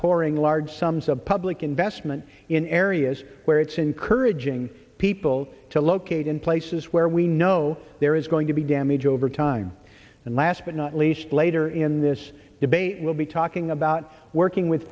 pouring large sums of public investment in areas where it's encouraging people to locate in places where we know there is going to be damage over time and last but not least later in this debate we'll be talking about working with